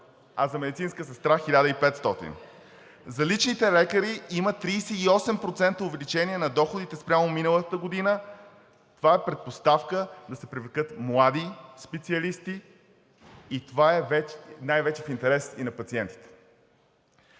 а за медицинска сестра – 1500 лв. За личните лекари има 38% увеличение на доходите спрямо миналата година – това е предпоставка да се привлекат млади специалисти и това е най-вече в интерес и на пациентите.